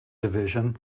division